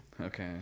okay